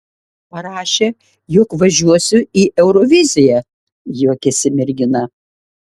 parašė jog važiuosiu į euroviziją juokėsi mergina